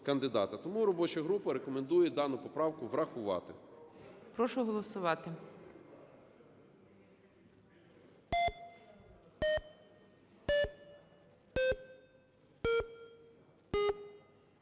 Тому робоча група рекомендує дану поправку врахувати. ГОЛОВУЮЧИЙ. Прошу голосувати.